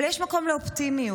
אבל יש מקום לאופטימיות,